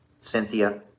Cynthia